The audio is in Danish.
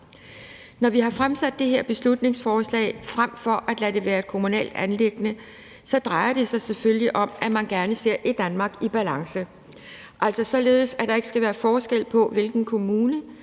Når vi har fremsat det her beslutningsforslag frem for at lade det være et kommunalt anliggende, drejer det sig selvfølgelig om, at man gerne ser et Danmark i balance, altså således, at der ikke skal være forskel på, hvilken kommune